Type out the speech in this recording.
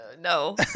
No